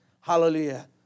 Hallelujah